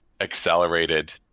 accelerated